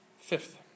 Fifth